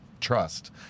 trust